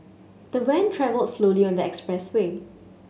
the van travelled slowly on the expressway